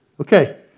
Okay